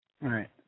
Right